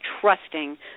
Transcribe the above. trusting